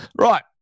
Right